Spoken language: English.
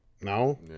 No